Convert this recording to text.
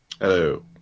Hello